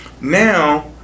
now